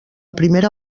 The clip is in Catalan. primera